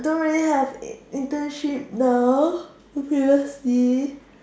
don't really have internship though previously